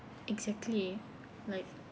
exactly like